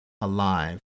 alive